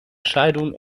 scheidung